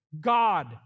God